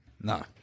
No